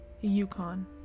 Yukon